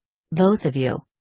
both of you.